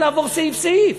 לעבור סעיף-סעיף,